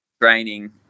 training